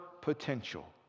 potential